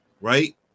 Right